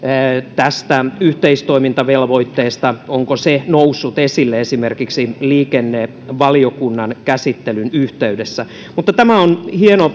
tästä yhteistoimintavelvoitteesta onko se noussut esille esimerkiksi liikennevaliokunnan käsittelyn yhteydessä mutta tämä on hieno